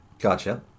Gotcha